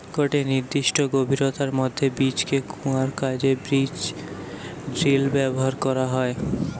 গটে নির্দিষ্ট গভীরতার মধ্যে বীজকে রুয়ার কাজে বীজড্রিল ব্যবহার করা হয়